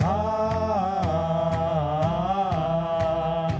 god